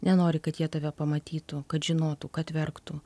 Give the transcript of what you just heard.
nenori kad jie tave pamatytų kad žinotų kad verktų